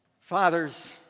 Father's